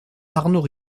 arnaud